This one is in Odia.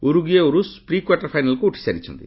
ଉରୁଗୁଏ ଓ ରୁଷ୍ ପ୍ରି କ୍ୱାର୍ଟର୍ ଫାଇନାଲ୍କୁ ଉଠିସାରିଛନ୍ତି